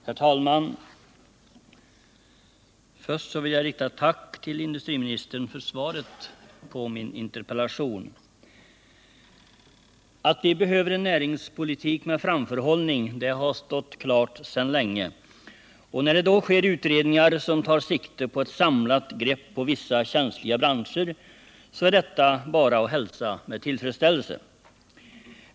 Herr talman! Först vill jag rikta ett tack till industriministern för svaret på min interpellation. Alt vi behöver en näringspolitik med framförhållning har stått klart sedan länge, och när det då sker utredningar som tar sikte på ett samlat grepp på vissa känsliga branscher, är detta bara att hälsa med tillfredsställelse.